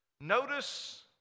Notice